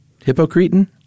Hypocretin